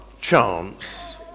chance